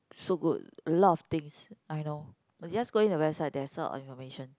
so good a lot of things I know but just going the website there's a lot of information